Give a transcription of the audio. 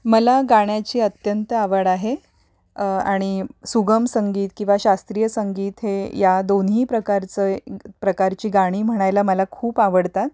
मला गाण्याची अत्यंत आवड आहे आणि सुगम संगीत किंवा शास्त्रीय संगीत हे या दोन्ही प्रकारचं प्रकारची गाणी म्हणायला मला खूप आवडतात